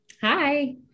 Hi